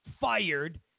fired